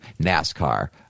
NASCAR